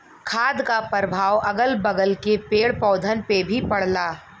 खाद क परभाव अगल बगल के पेड़ पौधन पे भी पड़ला